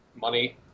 money